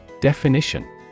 Definition